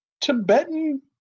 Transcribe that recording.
Tibetan